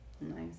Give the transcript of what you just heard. Nice